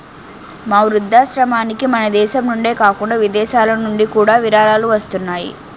మా వృద్ధాశ్రమానికి మనదేశం నుండే కాకుండా విదేశాలనుండి కూడా విరాళాలు వస్తున్నాయి